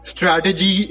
Strategy